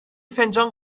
فنجان